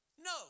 No